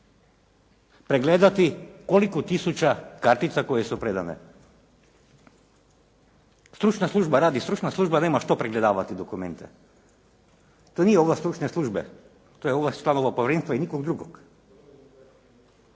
Pregledati koliko je tisuća kartica koje su predane? Stručna služba radi, stručna služba nema što pregledavati dokumente. To nije ovlast stručne službe, to je ovlast članova povjerenstva i nikog drugog.